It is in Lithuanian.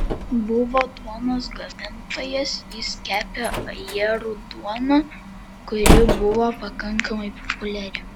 buvo duonos gamintojas jis kepė ajerų duoną kuri buvo pakankamai populiari